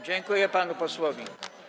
Dziękuję panu posłowi.